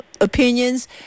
opinions